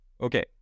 Okay